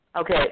Okay